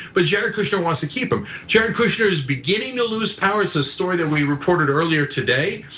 but jared kushner wants to keep him. jared kushner is beginning to lose power. it's a story that we reported earlier today,